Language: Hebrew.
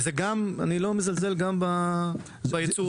ואני לא מזלזל גם בייצור בכלל.